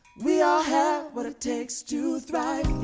we ah have what it takes to thrive.